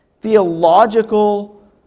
theological